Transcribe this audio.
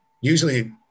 usually